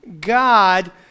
God